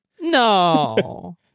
No